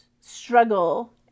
struggle